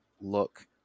look